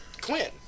Quinn